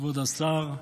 כבוד השר,